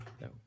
no